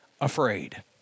afraid